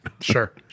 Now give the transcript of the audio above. Sure